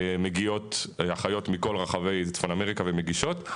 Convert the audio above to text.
מגיעות אחיות מכל רחבי צפון אמריקה ומגישות.